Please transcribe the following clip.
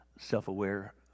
self-aware